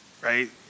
right